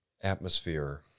atmosphere